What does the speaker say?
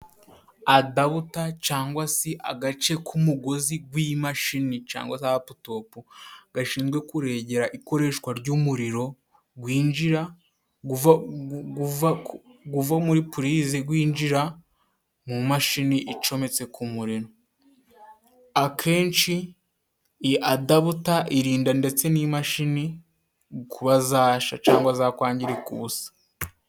Adabuta cyangwa se agace k'umugozi gw'imashini cyangwa laputopu gashinzwe kuregera ikoreshwa ry'umuriro winjira guva guva muri pulize winjira mu mumashini icometse ku muriro. Akenshi adabuta irinda ndetse n'imashini kuba zasha cyangwa zakwangirika ubusa.